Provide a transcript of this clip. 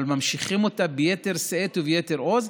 אבל ממשיכים אותה ביתר שאת וביתר עוז.